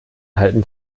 halten